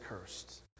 cursed